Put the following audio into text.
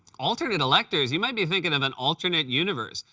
alternate electors? you might be thinking of an alternate universe.